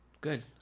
Good